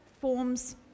forms